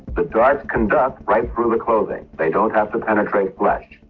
the darts conduct right through the clothing. they don't have to penetrate flesh.